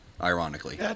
ironically